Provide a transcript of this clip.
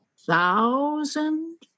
thousand